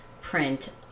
print